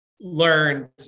learned